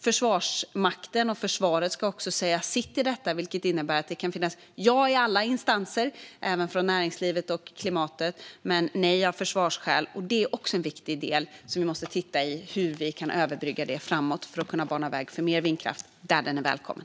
Försvarsmakten och försvaret ska säga sitt i detta, vilket innebär att det kan ha kommit ett ja från alla instanser - även från näringslivet och klimatet - men ett nej av försvarsskäl. Det är också en viktig del att titta på för att se hur vi kan överbrygga det framöver för att kunna bana väg för mer vindkraft, där den är välkommen.